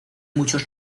muchos